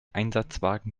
einsatzwagen